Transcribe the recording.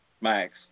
Max